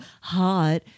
hot